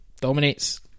Dominates